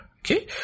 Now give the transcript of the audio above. Okay